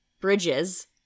Bridges